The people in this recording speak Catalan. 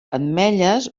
ametlles